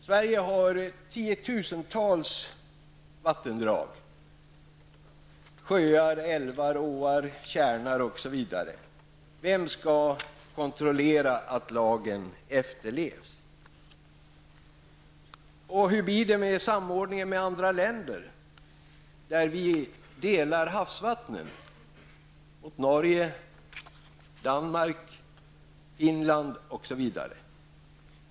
Sverige har tiotusentals vattendrag, sjöar, älvar, åar och tjärnar där det förekommer omfattande båttrafik. Vem skall kontrollera att lagen efterlevs? Hur blir samordningen med andra länder som vi delar havsvattnen med -- Norge, Danmark, Finland osv?